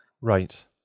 Right